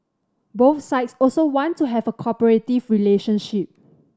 both sides also want to have a cooperative relationship